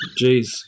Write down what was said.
Jeez